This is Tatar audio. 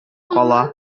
кала